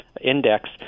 index